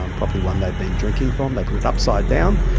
um probably one they'd been drinking from, they put it upside down.